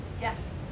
Yes